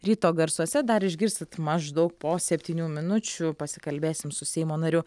ryto garsuose dar išgirsit maždaug po septynių minučių pasikalbėsim su seimo nariu